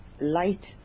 light